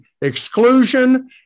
exclusion